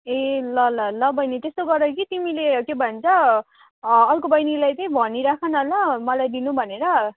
ए ल ल ल बहिनी त्यस्तै गर कि तिमीले के भन्छ अर्को बहिनीलाई चाहिँ भनिराख न ल मलाई दिनु भनेर